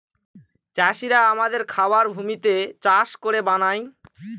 চাষিরা আমাদের খাবার ভূমিতে চাষ করে বানায়